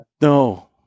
no